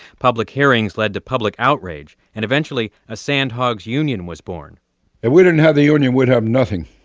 public hearings led to public outrage and eventually a sandhogs union was born if we didn't have the union, we'd have nothing.